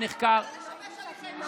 לפרקליט המדינה מותר לשבש הליכי משפט.